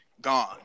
gone